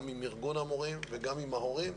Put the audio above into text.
גם עם ארגון המורים וגם עם ההורים.